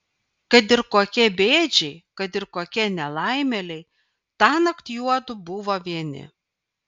kad ir kokie bėdžiai kad ir kokie nelaimėliai tąnakt juodu buvo vieni